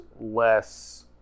less